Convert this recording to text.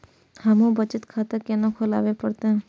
हमू बचत खाता केना खुलाबे परतें?